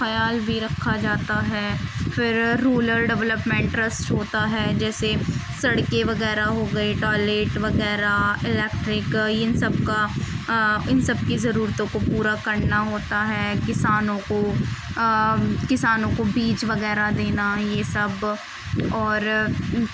خیال بھی رکھا جاتا ہے پھر رولر ڈولپمنٹ ٹرسٹ ہوتا ہے جیسے سڑکیں وغیرہ ہو گئے ٹوائلیٹ وغیرہ الیکٹرک ان سب کا ان سب کی ضرورتوں کو پورا کرنا ہوتا ہے کسانوں کو کسانوں کو بیج وغیرہ دینا یہ سب اور